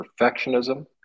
perfectionism